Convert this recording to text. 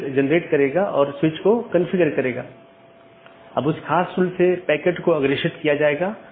एक गैर मान्यता प्राप्त ऑप्शनल ट्रांसिटिव विशेषता के साथ एक पथ स्वीकार किया जाता है और BGP साथियों को अग्रेषित किया जाता है